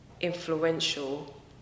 influential